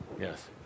Yes